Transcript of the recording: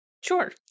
Sure